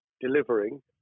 delivering